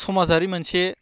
समाजारि मोनसे